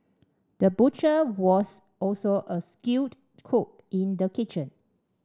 the butcher was also a skilled cook in the kitchen